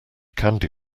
candy